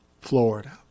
Florida